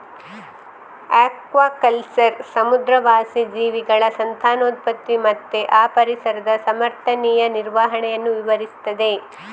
aquaculture ಸಮುದ್ರವಾಸಿ ಜೀವಿಗಳ ಸಂತಾನೋತ್ಪತ್ತಿ ಮತ್ತೆ ಆ ಪರಿಸರದ ಸಮರ್ಥನೀಯ ನಿರ್ವಹಣೆಯನ್ನ ವಿವರಿಸ್ತದೆ